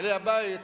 בעלי הבית,